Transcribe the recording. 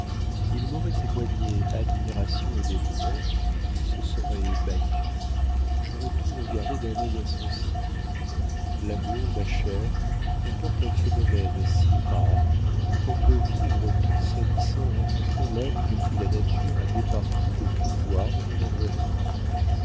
ils m'auraient témoigné admiration et dévouement ils se seraient battus j'aurais tout regardé d'un œil insensible l'amour ma chère comporte un phénomène si rare qu'on peut vivre toute sa vie sans rencontrer l'être à qui la nature a départi le pouvoir de nous rendre heureuses